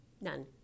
None